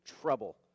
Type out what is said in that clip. trouble